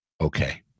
okay